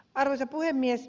arvoisa puhemies